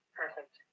perfect